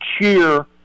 cheer